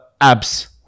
Abs